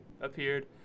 appeared